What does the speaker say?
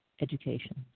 education